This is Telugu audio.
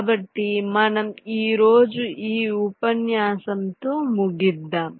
కాబట్టి మనం ఈ రోజు ఈ ఉపన్యాసంతో ముగిద్దాం